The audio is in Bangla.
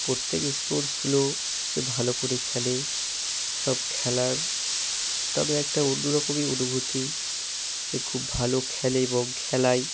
প্রত্যেক স্পোর্টসগুলো সে ভালো করে খেলে সব খেলার তাদের একটা অন্য রকমই অনুভূতি সে খুব ভালো খেলে এবং খেলায়